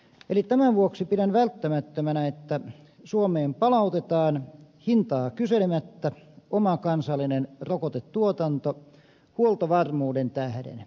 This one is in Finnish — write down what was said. eli tämän vuoksi pidän välttämättömänä että suomeen palautetaan hintaa kyselemättä oma kansallinen rokotetuotanto huoltovarmuuden tähden